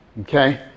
Okay